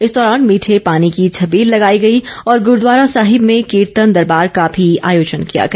इस दौरान मीठे पानी की छबील लगाई गई और गुरूद्वारा साहिब में कीर्तन दरबार का भी आयोजन किया गया